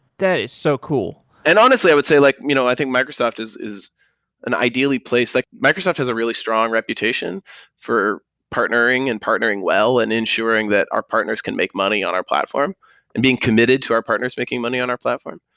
that is so cool. and honestly, i would say like you know i think microsoft is is an ideally place. like microsoft has a really strong reputation for partnering and partnering well and ensuring that our partners can make money on our platform and being committed to our partners making money on our platform.